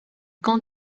camp